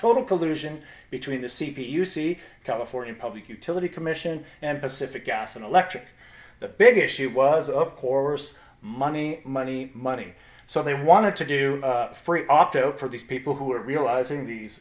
total collusion between the c p u see california public utility commission and pacific gas and electric the big issue was of course money money money so they wanted to do free opt out for these people who are realizing these